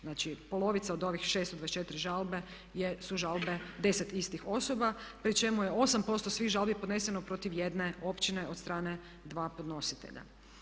Znači, polovica od ovih 624 žalbe su žalbe 10 istih osoba pri čemu je 8% svih žalbi podneseno protiv jedne općine od strane 2 podnositelja.